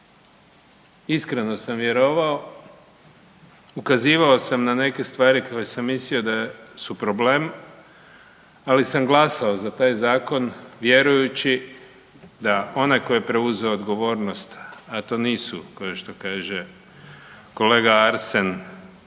Iskreno sam vjerovao, ukazivao sam na neke stvari koje sam mislio da su problem, ali sam glasao za taj zakon vjerujući da onaj tko je preuzeo odgovornost, a to nisu kao što kaže kolega Arsen